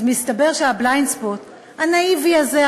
אז מסתבר שה-Blindspot הנאיבי הזה,